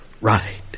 right